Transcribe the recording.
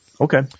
Okay